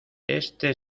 este